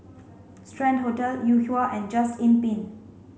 Strand Hotel Yuhua and Just Inn Pine